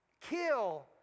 kill